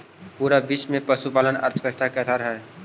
पूरा विश्व में पशुपालन अर्थव्यवस्था के आधार हई